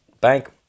bank